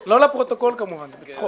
- לא לפרוטוקול כמובן, זה בצחוק.